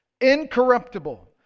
incorruptible